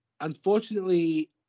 unfortunately